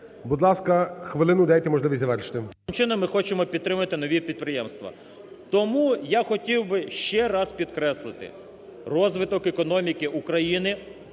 Будь ласка, хвилину, дайте можливість завершити. ГЕРАСИМОВ А.В. … чином ми хочемо підтримати нові підприємства? Тому я хотів би ще раз підкреслити: розвиток економіки України